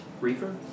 Reefer